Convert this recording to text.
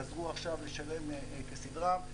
חזרו עכשיו לשלם כסדרם.